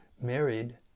married